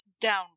Down